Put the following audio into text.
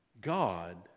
God